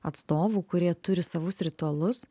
atstovų kurie turi savus ritualus